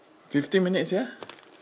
fifteen minutes ah